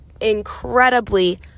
incredibly